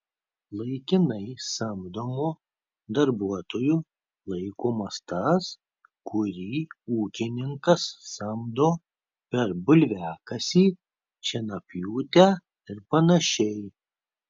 laikinai samdomu darbuotoju laikomas tas kurį ūkininkas samdo per bulviakasį šienapjūtę ir panašiai